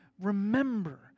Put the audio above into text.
remember